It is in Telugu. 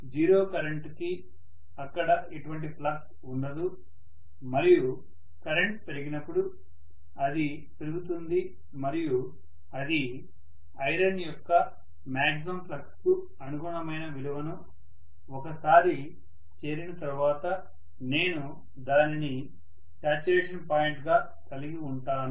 0 కరెంటుకి అక్కడ ఎటువంటి ఫ్లక్స్ ఉండదు మరియు కరెంట్ పెరిగినప్పుడు అది పెరుగుతుంది మరియు అది ఐరన్ యొక్క మ్యాగ్జిమం ఫ్లక్స్ కు అనుగుణమైన విలువను ఒకసారి చేరిన తరువాత నేను దానిని శాచ్యురేషన్ పాయింట్ గా కలిగి ఉంటాను